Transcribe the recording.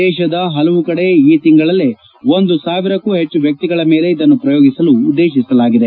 ದೇಶದ ಹಲವು ಕಡೆ ಈ ತಿಂಗಳಲ್ಲೇ ಒಂದು ಸಾವಿರಕ್ಕೂ ಹೆಚ್ಚು ವ್ಯಕ್ತಿಗಳ ಮೇಲೆ ಇದನ್ನು ಪ್ರಯೋಗಿಸಲು ಉದ್ದೇತಿಸಲಾಗಿದೆ